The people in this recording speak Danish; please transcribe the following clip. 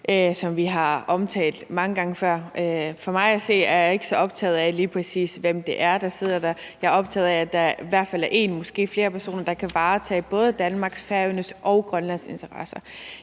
som vi har omtalt mange gange før. Jeg er ikke så optaget af, lige præcis hvem det er, der sidder der. Jeg er optaget af, at der i hvert fald er en person, måske flere personer, der kan varetage både Danmarks, Færøernes og Grønlands interesser.